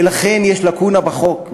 ולכן יש לקונה בחוק,